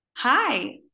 Hi